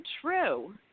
true